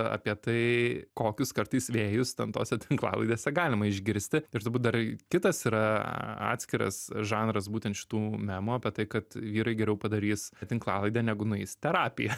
apie tai kokius kartais vėjus ten tose tinklalaidėse galima išgirsti ir turbūt dar kitas yra atskiras žanras būtent šitų memų apie tai kad vyrai geriau padarys tinklalaidę negu nueis į terapiją